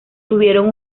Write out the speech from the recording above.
tuvieron